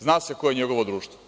Zna se ko je njegovo društvo.